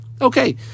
Okay